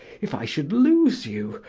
if i should lose you,